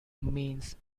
means